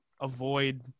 avoid